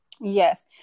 Yes